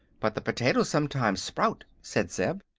but the potatoes sometimes sprout, said zeb.